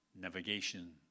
Navigation